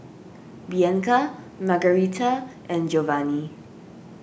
Bianca Margarita and Giovanny